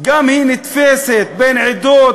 גם היא נתפסת כמלחמה בין עדות,